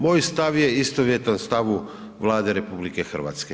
Moj stav je istovjetan stavu Vlade RH.